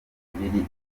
makumyabiri